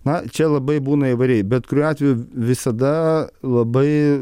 na čia labai būna įvairiai bet kuriuo atveju visada labai